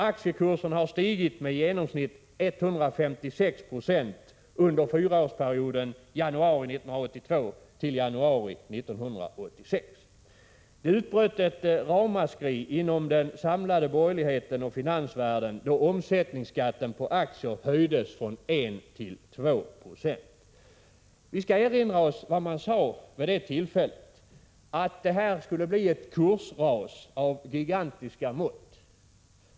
Aktiekurserna har stigit med i genomsnitt 156 96 under fyraårsperioden januari 1982-januari 1986. Det utbröt ett ramaskri inom den samlade borgerligheten och finansvärlden då omsättningsskatten på aktier höjdes från 1 till 2 20. Låt mig erinra om vad man sade vid det tillfället. Man sade att vi skulle få kursras av gigantiska mått.